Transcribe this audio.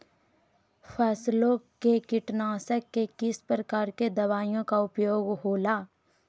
फसलों के कीटनाशक के किस प्रकार के दवाइयों का उपयोग हो ला?